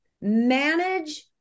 manage